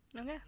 Okay